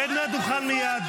רד מהדוכן מייד.